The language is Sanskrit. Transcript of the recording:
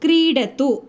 क्रीडतु